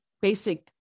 basic